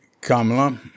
Kamala